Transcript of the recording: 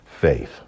faith